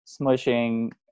smushing